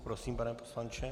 Prosím, pane poslanče.